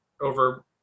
over